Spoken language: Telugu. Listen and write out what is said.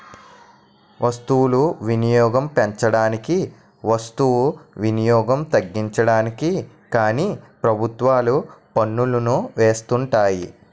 వస్తువులు వినియోగం పెంచడానికి వస్తు వినియోగం తగ్గించడానికి కానీ ప్రభుత్వాలు పన్నులను వేస్తుంటాయి